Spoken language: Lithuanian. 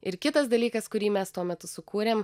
ir kitas dalykas kurį mes tuo metu sukūrėm